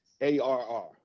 A-R-R